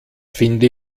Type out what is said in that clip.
finde